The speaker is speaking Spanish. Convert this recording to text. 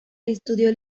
estudió